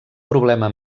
problema